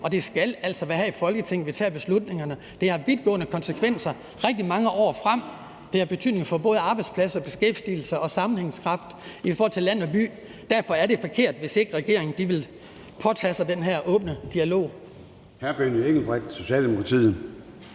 og det skal altså være her i Folketinget, vi tager beslutningerne. Det har vidtgående konsekvenser rigtig mange år frem, det har betydning for både arbejdspladser, beskæftigelse og sammenhængskraft i forhold til land og by. Derfor er det forkert, hvis ikke regeringen vil gå ind i den her åbne dialog.